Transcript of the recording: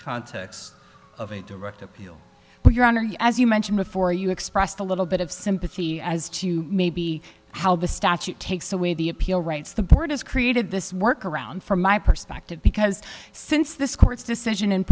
context of a direct appeal but your honor you as you mentioned before you expressed a little bit of sympathy as to maybe how the statute takes away the appeal rights the board has created this work around from my perspective because since this court's decision in